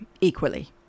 equally